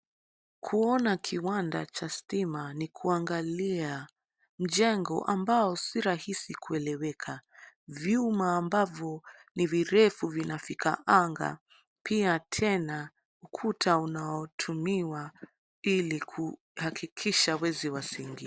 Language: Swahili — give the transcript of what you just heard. Kuona kiwanda cha stima, ni kuangalia mjengo ambao si rahisi kueleweka. Vyuma ambavyo ni virefu vinafika anga, pia tena ukuta unaotumiwa ili kuhakikisha wezi wasiingie.